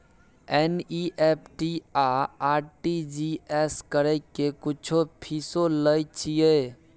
NEFT आ RTGS करै के कुछो फीसो लय छियै?